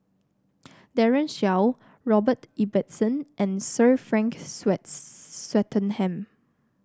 Daren Shiau Robert Ibbetson and Sir Frank Swettenham